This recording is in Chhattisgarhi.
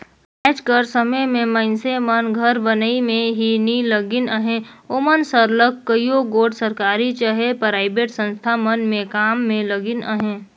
आएज कर समे में मइनसे मन घर बनई में ही नी लगिन अहें ओमन सरलग कइयो गोट सरकारी चहे पराइबेट संस्था मन में काम में लगिन अहें